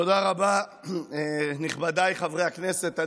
תודה רבה, נכבדיי חברי הכנסת.